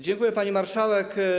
Dziękuję, pani marszałek.